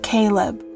Caleb